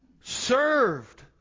served